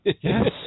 Yes